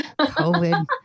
COVID